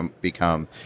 become